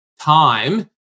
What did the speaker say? time